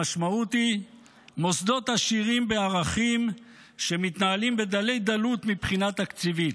המשמעות היא מוסדות עשירים בערכים שמתנהלים בדלי-דלות מבחינה תקציבית.